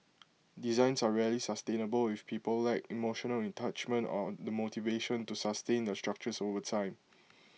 designs are rarely sustainable if people lack emotional attachment or the motivation to sustain the structures over time